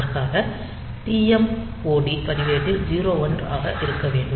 அதற்காக TMOD பதிவேட்டில் 01 ஆக இருக்க வேண்டும்